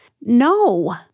No